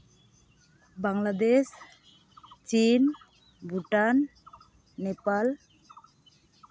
Bangladesh China Bhutan Nepal